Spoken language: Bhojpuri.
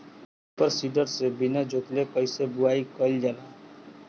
सूपर सीडर से बीना जोतले कईसे बुआई कयिल जाला?